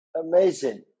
Amazing